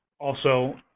also,